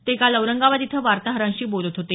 ते काल औरंगाबाद इथं वार्ताहरांशी बोलत होते